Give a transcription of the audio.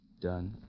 Done